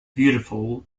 beautiful